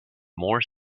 more